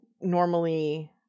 normally